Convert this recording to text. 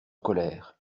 colère